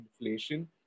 inflation